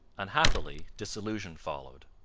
unhappily disillusion followed.